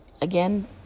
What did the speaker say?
Again